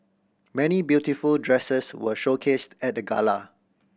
many beautiful dresses were showcased at the gala